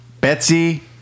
Betsy